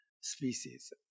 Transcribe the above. species